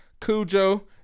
Cujo